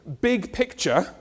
big-picture